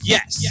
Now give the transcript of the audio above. Yes